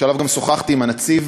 שעליו גם שוחחתי עם הנציב,